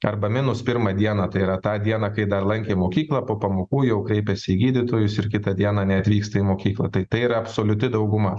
arba minus pirmą dieną tai yra tą dieną kai dar lankė mokyklą po pamokų jau kreipėsi į gydytojus ir kitą dieną neatvyksta į mokyklą tai tai yra absoliuti dauguma